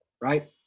right